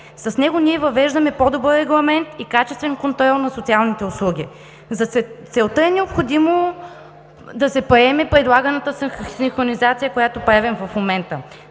С него ние въвеждаме по-добър регламент и качествен контрол на социалните услуги. За целта е необходимо да се приеме предлаганата синхронизация, която правим в момента.